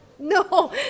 No